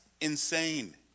insane